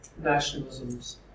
nationalisms